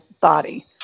body